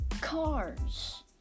cars